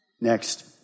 Next